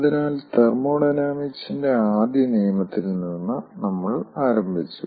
അതിനാൽ തെർമോഡൈനാമിക്സിന്റെ ആദ്യ നിയമത്തിൽ നിന്ന് നമ്മൾ ആരംഭിച്ചു